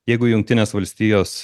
jeigu jungtinės valstijos